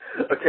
Okay